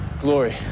Glory